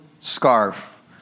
scarf